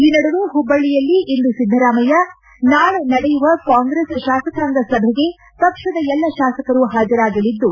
ಈ ನಡುವೆ ಹುಬ್ಬಳ್ಳಿಯಲ್ಲಿಂದು ಸಿದ್ದರಾಮಯ್ಯ ನಾಳೆ ನಡೆಯುವ ಕಾಂಗ್ರೆಸ್ ಶಾಸಕಾಂಗ ಸಭೆಗೆ ಪಕ್ಷದ ಎಲ್ಲಾ ಶಾಸಕರು ಹಾಜರಾಗಲಿದ್ದು